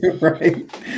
right